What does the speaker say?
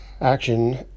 action